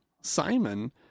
simon